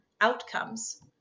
outcomes